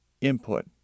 input